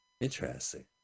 Interesting